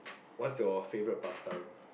what's your favourite past time